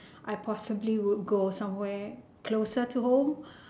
I possibly would go somewhere closer to home